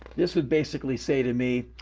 this would basically say to me,